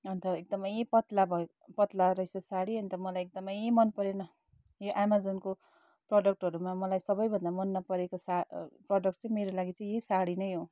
अन्त एकदमै पतला भयो पतला रहेछ साडी अन्त मलाई एकदमै मनपरेन यो एमाजनको प्रडक्टहरूमा मलाई सबैभन्दा मन नपरेको सा प्रडक्ट चाहिँ मेरो लागि चाहिँ यही साडी नै हो